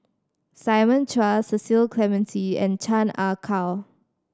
Simon Chua Cecil Clementi and Chan Ah Kow